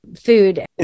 food